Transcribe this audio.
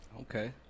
Okay